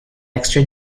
extra